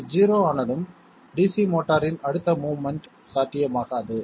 அது 0 ஆனதும் டிசி மோட்டாரின் அடுத்த மோவ்மென்ட் சாத்தியமாகாது